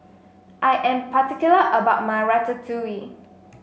I am particular about my Ratatouille